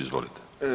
Izvolite.